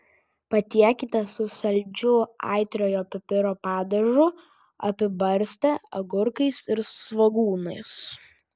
patiekite su saldžiu aitriojo pipiro padažu apibarstę agurkais ir svogūnais